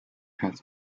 has